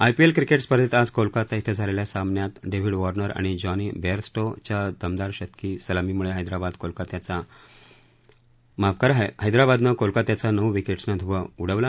IPL cricket स्पर्धेत आज कोलकाता इथं झालेल्या सामन्यात डेव्हिड वॉर्नर आणि जॉनी बेअरस्टो च्या दमदार शतकी सलामीम्ळे हैद्राबादनं कोलकात्याचा नऊ विकेट्सनं धुव्वा उडवला